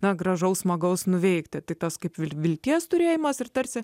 na gražaus smagaus nuveikti tik tas kaip vilties turėjimas ir tarsi